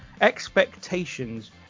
expectations